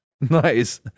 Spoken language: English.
Nice